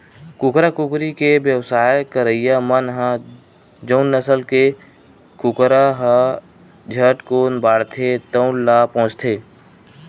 कुकरा, कुकरी के बेवसाय करइया मन ह जउन नसल के कुकरा ह झटकुन बाड़थे तउन ल पोसथे